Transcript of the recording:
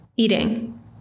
eating